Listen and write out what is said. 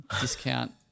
discount